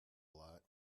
lot